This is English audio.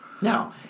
Now